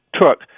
took